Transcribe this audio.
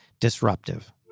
disruptive